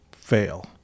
fail